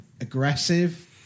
aggressive